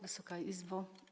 Wysoka Izbo!